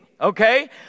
okay